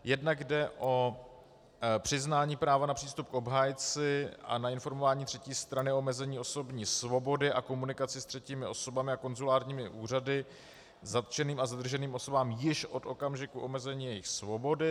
Jednak jde o přiznání práva na přístup k obhájci a na informování třetí strany o omezení osobní svobody a komunikaci s třetími osobami a konzulárními úřady zatčeným a zadrženým osobám již od okamžiku omezení jejich svobody.